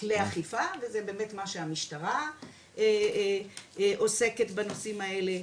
וזה באמת מה שהמשטרה עוסקת בנושאים האלה,